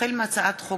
החל בהצעת חוק